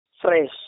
Fresh